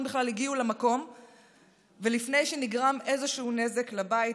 בכלל הגיעו למקום ולפני שנגרם איזשהו נזק לבית,